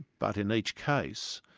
but in each case,